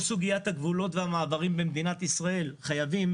כל סוגיית הגבולות והמעברים במדינת ישראל מחייבת